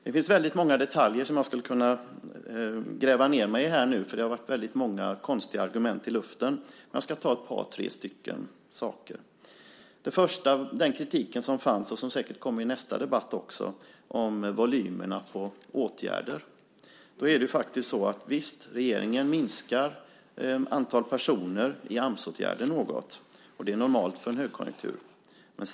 Det finns väldigt många detaljer som jag skulle kunna gräva ned mig i här nu. Det har varit väldigt många konstiga argument i luften. Jag ska ta upp ett par tre saker. Den första är den kritik som fanns, och som säker kommer upp i nästa debatt också, om volymerna på åtgärder. Visst minskar regeringen antalet personer i Amsåtgärder något, och det är normalt i en högkonjunktur.